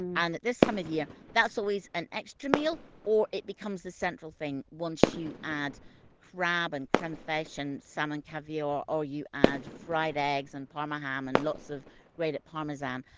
and this time of year, that's always an extra meal or it becomes the central thing once you add crab, and creme fraiche and salmon caviar, or you add fried eggs and parma ham and lots of grated parmesan.